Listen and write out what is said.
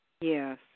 Yes